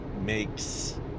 makes